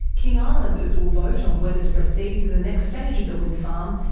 king islanders will vote on whether to proceed to the next stage of the wind farm,